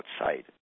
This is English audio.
outside